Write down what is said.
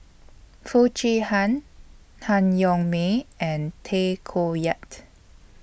Foo Chee Han Han Yong May and Tay Koh Yat